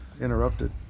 interrupted